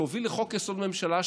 שהוביל לחוק-יסוד ממשלה,